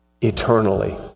eternally